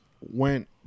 went